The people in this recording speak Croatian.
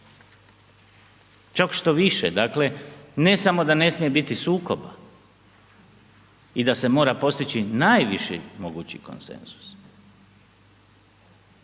Čak štoviše dakle, ne samo da ne smije biti sukoba i da se mora postići najviši mogući konsenzus